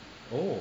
oh